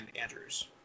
Andrews